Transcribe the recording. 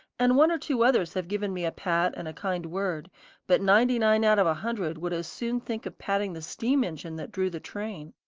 and one or two others have given me a pat and a kind word but ninety-nine out of a hundred would as soon think of patting the steam engine that drew the train.